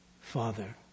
father